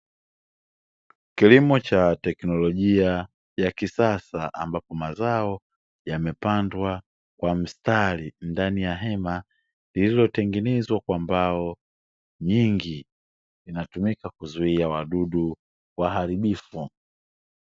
Kilimo cha teknolojia ya kisasa, ambapo mazao yamepandwa kwa mstari ndani ya hema lililotengenezwa kwa mbao nyingi, linatumika kuzuia wadudu waharibifu.